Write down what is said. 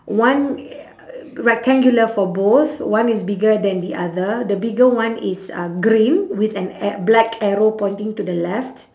one rectangular for both one is bigger than the other the bigger one is uh green with an a~ black arrow pointing to the left